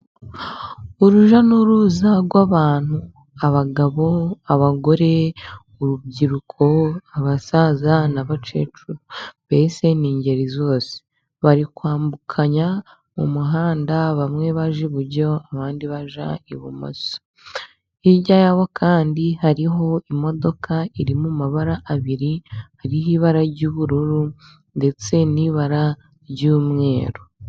Urujya n'uruza rw'abantu. Abagabo, abagore, urubyiruko, abasaza n'abakecuru. Mbese ni ingeri zose. Bari kwambukanya umuhanda bamwe bajya iburyo, abandi bajya ibumoso. Hirya yabo kandi hariho imodoka iri mu mabara abiri. Hari ibara ry'ubururu ndetse n'ibara ry'umweru.